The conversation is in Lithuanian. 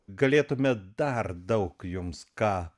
galėtume dar daug jums ką